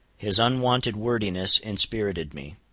his unwonted wordiness inspirited me.